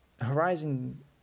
Horizon